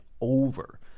over